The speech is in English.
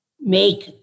make